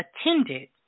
attended